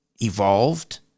evolved